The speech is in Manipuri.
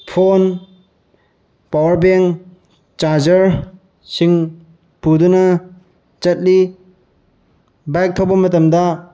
ꯐꯣꯟ ꯄꯋꯥꯔ ꯕꯦꯡ ꯆꯥꯖꯔꯁꯤꯡ ꯄꯨꯗꯨꯅ ꯆꯠꯂꯤ ꯕꯥꯏꯛ ꯊꯧꯕ ꯃꯇꯝꯗ